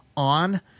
on